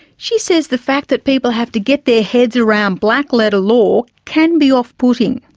she says the fact that people have to get their heads around black-letter law can be off-putting.